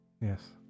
yes